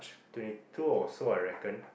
twenty two or so I reckon